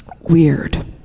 weird